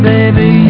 Baby